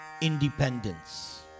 independence